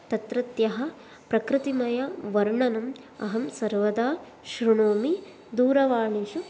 तत्रत्यः प्रकृतिमयं वर्णनम् अहं सर्वदा श्रुणोमि दूरवाणिषु